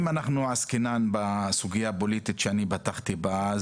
אם אנחנו עסקינן בסוגייה הפוליטית שאני פתחתי בה,